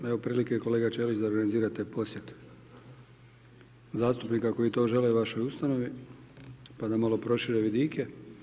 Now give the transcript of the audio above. Evo prilika i kolega Ćelića da organizirate posjet zastupnika koji to žele vašoj ustanovi pa da malo prošire vidike.